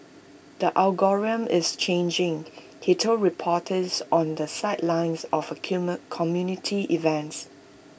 the algorithm is changing he told reporters on the sidelines of A community events